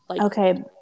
Okay